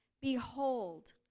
behold